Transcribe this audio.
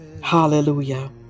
Hallelujah